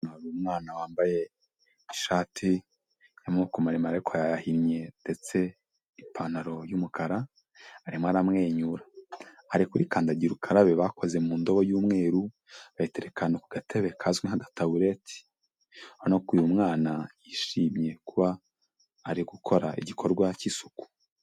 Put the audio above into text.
Hari umwana wambaye ishati y'amaboko maremare ariko yahinnye ndetse ipantaro y'umukara arimo aramwenyura. Ari kuri kandagira ukarabe bakoze mu ndobo y'umweru, bayitereka ahantu ku gatebe kazwi nka gatabureti, urabona ko uyu mwana yishimye kuba ari gukora igikorwa cy'isuku.